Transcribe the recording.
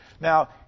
Now